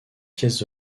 pièces